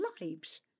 lives